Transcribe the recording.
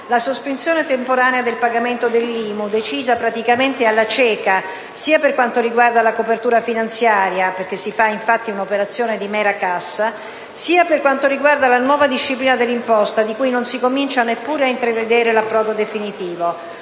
la sospensione temporanea del pagamento dell'IMU, decisa in pratica alla cieca, sia per quanto riguarda la copertura finanziaria, perché si fa un'operazione di mera cassa, sia per quanto riguarda la nuova disciplina dell'imposta, di cui non si comincia neppure ad intravedere l'approdo definitivo.